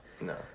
No